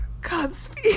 godspeed